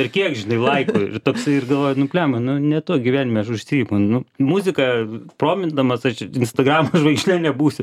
ir kiek žinai laikų ir toksai ir galvoji nu blemba nu ne tuo gyvenime aš užsiimu nu muzika promindamas aš čia instagramo žvaigžde nebūsiu